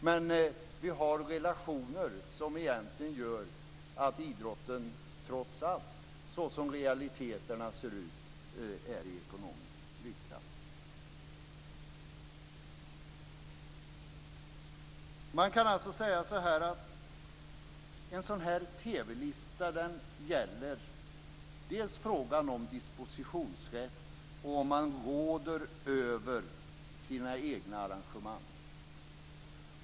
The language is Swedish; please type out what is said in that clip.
Men vi har relationer som gör att idrotten trots allt, såsom realiteterna ser ut, är i ekonomisk strykklass. Man kan alltså säga att diskussionen om en sådan här TV-lista bl.a. gäller frågan om dispositionsrätt och om man råder över sina egna arrangemang.